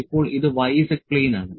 ഇപ്പോൾ ഇത് y z plane ആണ്